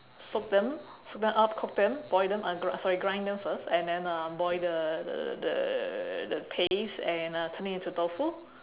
soak them soak them up cook them boil them uh grind sorry grind them first and then uh boil the the the paste and turn it into tofu